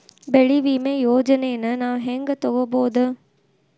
ಬೆಳಿ ವಿಮೆ ಯೋಜನೆನ ನಾವ್ ಹೆಂಗ್ ತೊಗೊಬೋದ್?